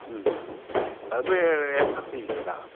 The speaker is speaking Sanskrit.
तद् एम् आर् पि इत्यतः